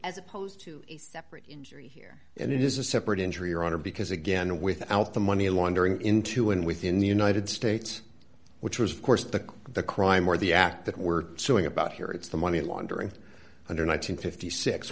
as opposed to a separate injury here and it is a separate injury your honor because again without the money laundering into and within the united states which was of course the the crime or the act that we're suing about here it's the money laundering under nine hundred and fifty six